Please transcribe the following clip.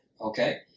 Okay